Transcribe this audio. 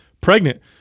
pregnant